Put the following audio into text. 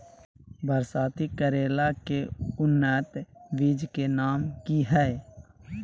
बरसाती करेला के उन्नत बिज के नाम की हैय?